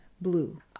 blue